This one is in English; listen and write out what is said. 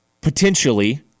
potentially